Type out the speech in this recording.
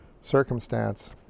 circumstance